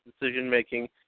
decision-making